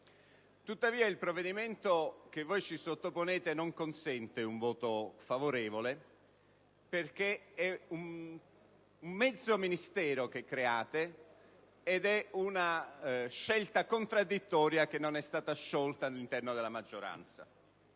Tuttavia, il provvedimento che voi ci sottoponete non consente un voto favorevole perché quello che create è un mezzo Ministero ed è una scelta contraddittoria che non è stata sciolta all'interno della maggioranza.